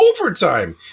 overtime